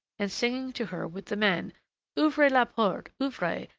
and singing to her with the men ouvrez la porte, ouvrez,